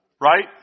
right